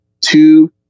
two